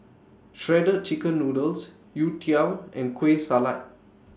Shredded Chicken Noodles Youtiao and Kueh Salat